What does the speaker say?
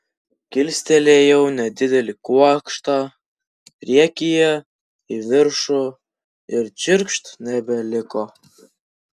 kilstelėjau nedidelį kuokštą priekyje į viršų ir čirkšt nebeliko